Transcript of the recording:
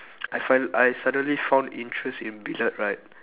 I fin~ I suddenly found interest in billiard right